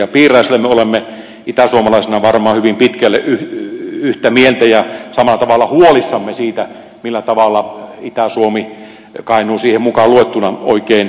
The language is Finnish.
me olemme itäsuomalaisina varmaan hyvin pitkälle yhtä mieltä ja samalla tavalla huolissamme siitä millä tavalla itä suomi kainuu siihen mukaan luettuna oikein kehittyy